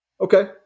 Okay